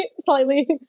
slightly